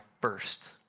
first